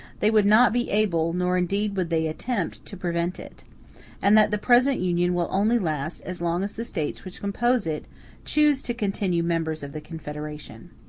they would not be able, nor indeed would they attempt, to prevent it and that the present union will only last as long as the states which compose it choose to continue members of the confederation.